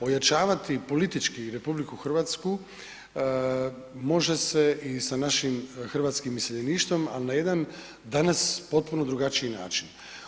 Ojačavati politički RH može se i sa našim hrvatskim iseljeništvom al na jedan danas potpuno drugačiji način.